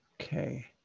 Okay